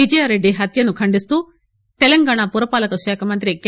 విజయారెడ్డి హత్యను ఖండిస్తూ తెలంగాణ పురపాలక శాఖ మంత్రి కె